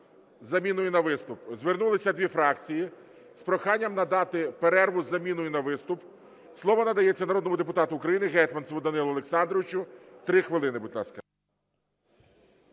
Звернулися дві фракції з проханням надати перерву з заміною на виступ. Слово надається народному депутату України Гетманцеву Данилу Олександровичу. 3 хвилини, будь ласка.